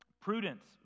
Prudence